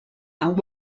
and